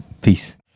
peace